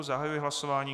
Zahajuji hlasování.